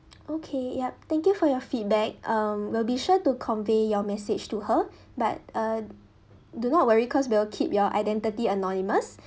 okay yup thank you for your feedback um we'll be sure to convey your message to her but uh do not worry cause will keep your identity anonymous